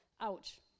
Ouch